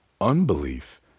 Unbelief